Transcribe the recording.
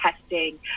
testing